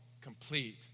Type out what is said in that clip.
complete